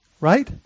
Right